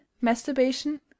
masturbation